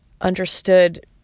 understood